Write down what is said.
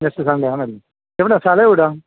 next Sunday ആണേൽ എവിടെയാണ് സ്ഥലം എവിടെയാണ്